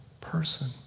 person